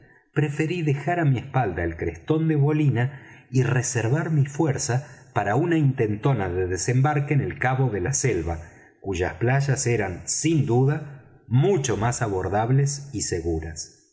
preferí dejar á mi espalda el crestón de bolina y reservar mi fuerza para una intentona de desembarque en el cabo de la selva cuyas playas eran sin duda mucho más abordables y seguras